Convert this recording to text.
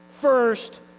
First